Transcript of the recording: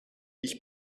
ich